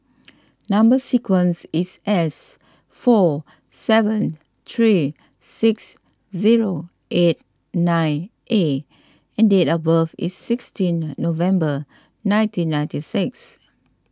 Number Sequence is S four seven three six zero eight nine A and date of birth is sixteenth November nineteen ninety six